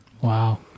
Wow